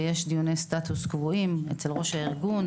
ויש דיוני סטטוס קבועים אצל ראש הארגון,